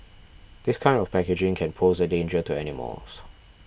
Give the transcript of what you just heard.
this kind of packaging can pose a danger to animals